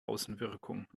außenwirkung